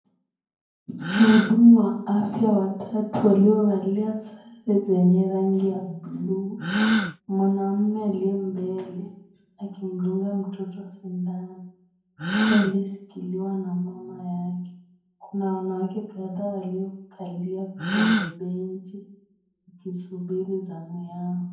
Wahudumu wa afya watatu waliovalia sare zenye rangi ya bluu. Mwanamume aliye mbele akimdunga mtoto sindano. Mtoto aliyeshikiliwa na mama yake. Kuna wanawake kadhaa waliokalia kwenye benchi wakisubiri zamu yao.